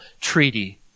treaty